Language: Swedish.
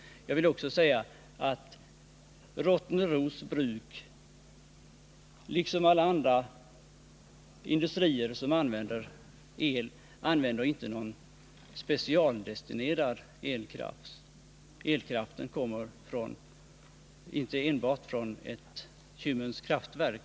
Onsdagen den Jag vill också säga att Rottneros bruk lika litet som några andra industrier 12 december 1979 använder någon specialdestinerad elkraft. Dess elkraft kommer alltså inte enbart från ett Kymmens kraftverk.